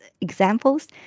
examples